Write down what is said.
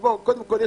קודם כול,